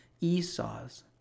Esau's